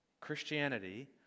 Christianity